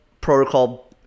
protocol